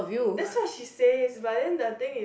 that's what she says but then the thing is